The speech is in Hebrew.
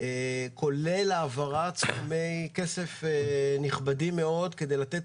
כולל העברת סכומי כסף נכבדים מאוד כדי לתת